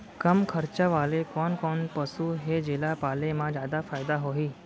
कम खरचा वाले कोन कोन पसु हे जेला पाले म जादा फायदा होही?